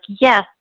yes